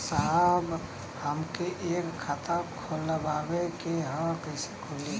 साहब हमके एक खाता खोलवावे के ह कईसे खुली?